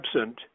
absent